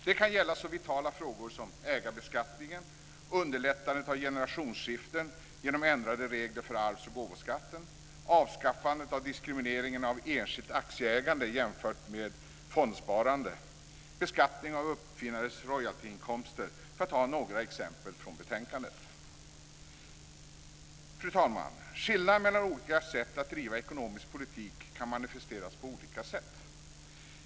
Det kan gälla så vitala frågor som ägarbeskattningen, underlättandet av generationsskiften genom ändrade regler för arvs och gåvoskatten, avskaffandet av diskrimineringen av enskilt aktieägande jämfört med fondsparande, beskattningen av uppfinnares royaltyinkomster - för att ta några exempel från betänkandet. Fru talman! Skillnaden mellan olika sätt att driva ekonomisk politik kan manifesteras på olika sätt.